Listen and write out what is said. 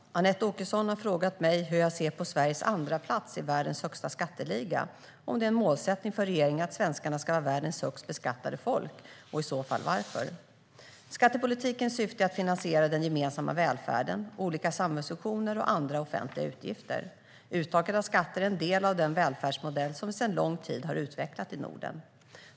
Herr talman! Anette Åkesson har frågat mig hur jag ser på Sveriges andraplats i världens högskatteliga och om det är en målsättning för regeringen att svenskarna ska vara världens högst beskattade folk, och i så fall varför. Skattepolitikens syfte är att finansiera den gemensamma välfärden, olika samhällsfunktioner och andra offentliga utgifter. Uttaget av skatter är en del av den välfärdsmodell som vi sedan lång tid har utvecklat i Norden.